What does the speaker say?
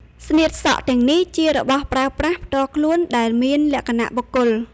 ស្នៀតសក់ទាំងនេះជារបស់ប្រើប្រាស់ផ្ទាល់ខ្លួនដែលមានលក្ខណៈបុគ្គល។